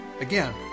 Again